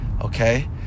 okay